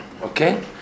okay